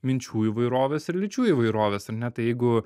minčių įvairovės ir lyčių įvairovės ar ne tai jeigu